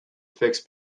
fix